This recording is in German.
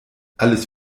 alles